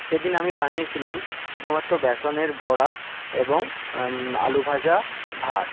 সেদিন আমি বানিয়েছিলাম শুধুমাত্র বেসনের বড়া এবং আলু ভাজা ভাত